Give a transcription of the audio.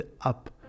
up